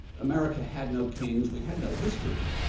america had no kings, we had no history,